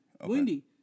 Wendy